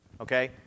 Okay